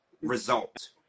result